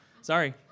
Sorry